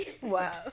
Wow